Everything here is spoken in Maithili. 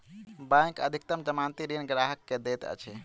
बैंक अधिकतम जमानती ऋण ग्राहक के दैत अछि